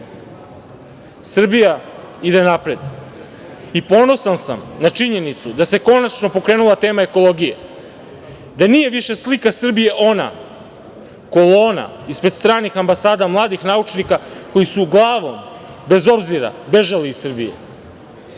ide napred i ponosan sam na činjenicu da se konačno pokrenula tema ekologije, da nije više slika Srbije ona kolona ispred stranih ambasada mladih naučnika koji su glavom bez obzira bežali iz Srbije.